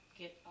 get